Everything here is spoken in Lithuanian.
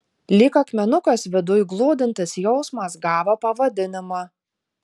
lyg akmenukas viduj glūdintis jausmas gavo pavadinimą